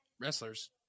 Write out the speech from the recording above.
wrestlers